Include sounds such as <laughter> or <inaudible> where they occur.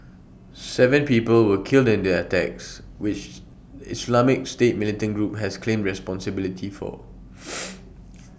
Seven people were killed in the attacks which Islamic state militant group has claimed responsibility for <noise>